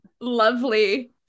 lovely